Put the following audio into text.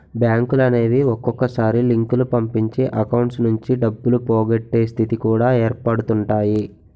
బ్యాంకులనేవి ఒక్కొక్కసారి లింకులు పంపించి అకౌంట్స్ నుంచి డబ్బులు పోగొట్టే స్థితి కూడా ఏర్పడుతుంటాయి